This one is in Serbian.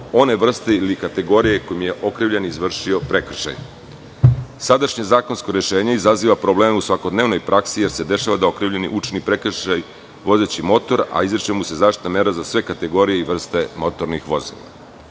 one vrste ili kategorije kojim je okrivljeni izvršio prekršaj. Sadašnje zakonsko rešenje izaziva probleme u svakodnevnoj praksi, jer se dešava da okrivljeni učini prekršaj vozeći motor, a izriče mu se zaštitna mera za sve kategorije i vrste motornih vozila.